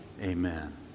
amen